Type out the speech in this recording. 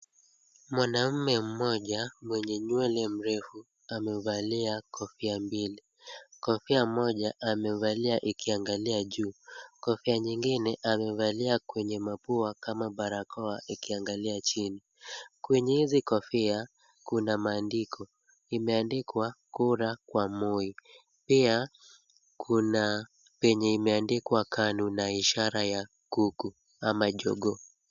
Mwanamume mmoja mwenye nywele mrefu amevalia kofia mbili, kofia moja amevalia ukiangalia juu, kofia nyingine amevalia kwenye mapua kama barakoa ikiangalia chini, kwenye hizi kofia kuna maandiko, imeandikwa kura kwa Moi, pia kuna penye imeandikwa KANU na ishara ya kuku ama jogoo.